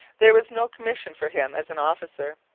there was no commission for him as an officer.